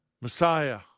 Messiah